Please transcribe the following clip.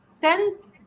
tend